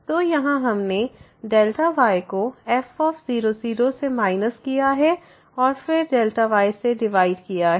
तो यहाँ हमने yको f0 0 से माइनस किया है और फिर y से डिवाइड किया है